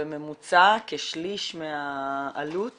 בממוצע, כשליש מהעלות